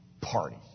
party